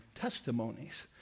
testimonies